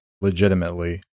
legitimately